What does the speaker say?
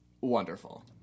wonderful